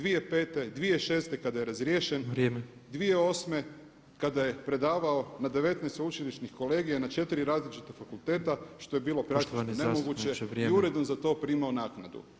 2005., 2006. kada je razriješen, 2008. kada je predavao na 19 sveučilišnih kolegija na 4 različita fakulteta što je bilo praktički nemoguće i uredno za to primao naknadu.